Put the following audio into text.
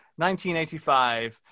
1985